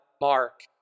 Mark